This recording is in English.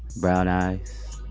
brown eyes.